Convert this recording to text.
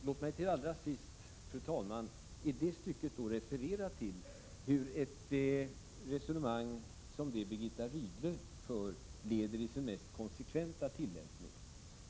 Låt mig allra sist, fru talman, i det stycket referera till vart ett resonemang som det som Birgitta Rydle för leder till i sin mest konsekventa tillämpning.